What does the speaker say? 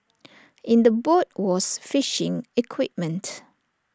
in the boat was fishing equipment